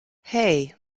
hey